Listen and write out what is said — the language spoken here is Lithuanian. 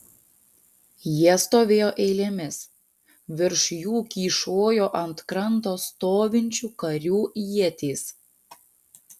jie stovėjo eilėmis virš jų kyšojo ant kranto stovinčių karių ietys